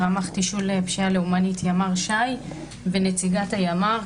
רמ"ח תשאול פשיעה לאומנית ימ"ר ש"י ונציגת הימ"ר.